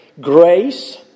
grace